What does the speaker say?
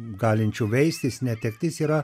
galinčių veistis netektis yra